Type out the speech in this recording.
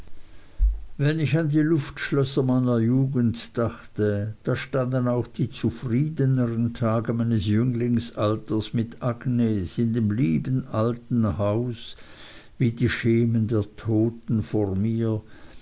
wenn ich an die luftschlösser meiner jugend dachte da standen auch die zufriedeneren tage meines jünglingalters mit agnes in dem lieben alten haus wie die schemen der toten vor mir